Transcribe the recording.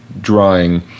drawing